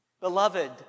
Beloved